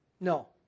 No